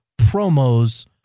promos